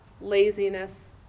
laziness